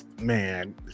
man